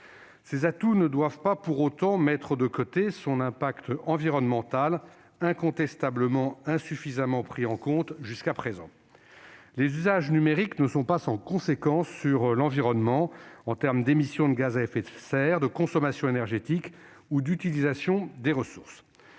Ses atouts ne doivent pas pour autant nous faire mettre de côté son impact environnemental, incontestablement insuffisamment pris en compte jusqu'à présent. Les usages numériques ne sont pas sans conséquence sur l'environnement en termes d'émission de gaz à effet de serre, de consommation énergétique ou d'utilisation des ressources.